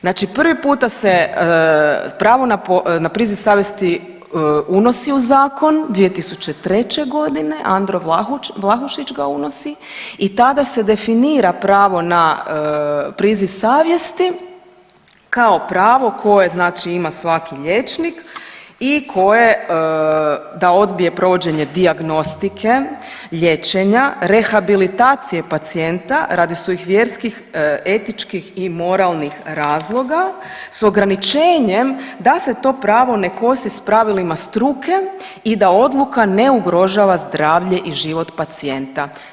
Znači prvi puta se pravo na priziv savjesti unosi u zakon 2003. g., Andro Vlahušić ga unosi i tada se definira pravo na priziv savjesti kao pravo koje znači ima svaki liječnik i koje da odbije provođenje dijagnostike liječenja, rehabilitacije pacijenta radi svojih vjerskih, etičkih i moralnih razloga, s ograničenjem da se to pravo ne kosi s pravilima struke i da odluka ne ugrožava zdravlje i život pacijenta.